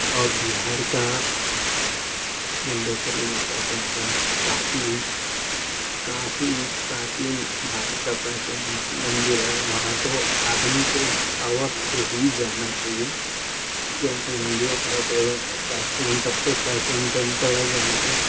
और बिहार का मुण्डेश्वरी माता टेम्पल काफ़ी काफ़ी प्राचीन भारत का प्राचीन मन्दिर है वहाँ तो आदमी को अवश्य ही जाना चाहिए क्योंकि हिन्दुओं का एक प्राचीन सबसे प्राचीन टेम्पल है जहाँ कि